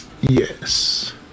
Yes